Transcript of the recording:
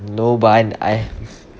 no but I I